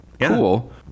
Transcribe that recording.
Cool